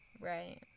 Right